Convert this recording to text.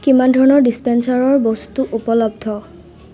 কিমান ধৰণৰ ডিচপেন্সাৰৰ বস্তু উপলব্ধ